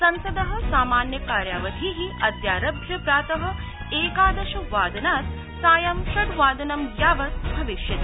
संसद समान्य कार्यावधि अद्यारभ्य प्रात एकादशवादनात् सायं षड्वादनं यावत् भविष्यति